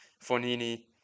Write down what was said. Fornini